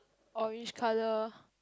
orange colour